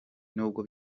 nubwo